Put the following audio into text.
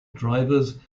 drivers